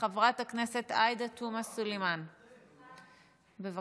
חברת הכנסת עאידה תומא סלימאן, בבקשה,